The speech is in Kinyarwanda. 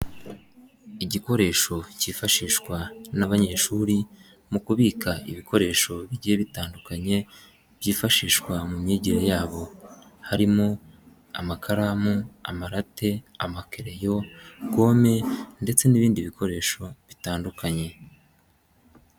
Igikoresho cyifashishwa n'abanyeshuri mu kubika ibikoresho bigiye bitandukanye byifashishwa mu myigire yabo, harimo amakaramu, amarate, amakerereyo, gome ndetse n'ibindi bikoresho bitandukanye.